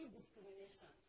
discrimination